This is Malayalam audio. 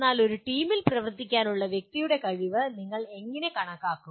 എന്നാൽ ഒരു ടീമിൽ പ്രവർത്തിക്കാനുള്ള വ്യക്തിയുടെ കഴിവ് ഞങ്ങൾ എങ്ങനെ കണക്കാക്കും